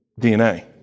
DNA